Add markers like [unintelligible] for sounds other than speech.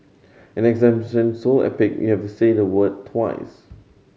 an [unintelligible] so epic you have say the word twice